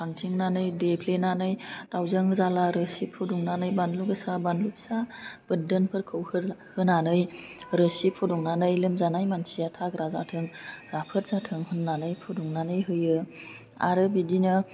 खांथिंनानै देफ्लेनानै दावजों जाला रोसि फुदुंनानै बानलु गोसा बानलु फिसा बोरदोनफोरखौ होना होनानै रोसि फुदुंनानै लोमजानाय मानसिया थाग्रा जाथों राफोद जाथों होननानै फुदुंनानै होयो आरो बिदिनो